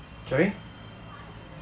sorry